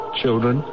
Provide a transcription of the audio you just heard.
children